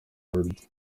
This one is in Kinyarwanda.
rhodri